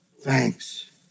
thanks